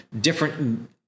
different